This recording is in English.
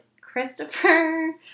Christopher